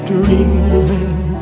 dreaming